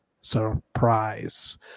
Surprise